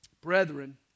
Brethren